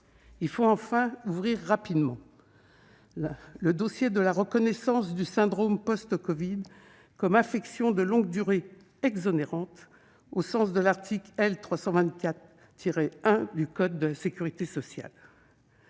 il faut ouvrir rapidement le dossier de la reconnaissance du syndrome post-covid comme affection de longue durée exonérante au sens de l'article L. 324-1 du code de la sécurité sociale.